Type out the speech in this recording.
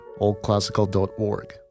oldclassical.org